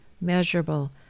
measurable